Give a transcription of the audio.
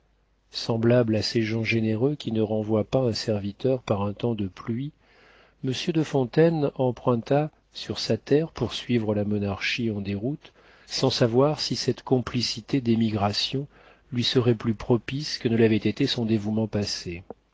semblable à ces gens généreux qui ne renvoient pas un serviteur par un temps de pluie monsieur de fontaine emprunta sur sa terre pour suivre la monarchie en déroute sans savoir si cette complicité